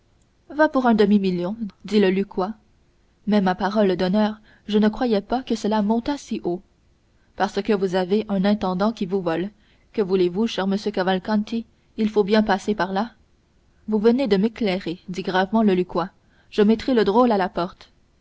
va pour un demi-million dit le lucquois mais ma parole d'honneur je ne croyais pas que cela montât si haut parce que vous avez un intendant qui vous vole que voulez-vous cher monsieur cavalcanti il faut bien passer par là vous venez de m'éclairer dit gravement le lucquois je mettrai le drôle à la porte